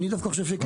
אני דווקא חושב שכן.